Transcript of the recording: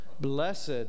Blessed